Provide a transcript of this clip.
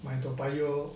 my toa payoh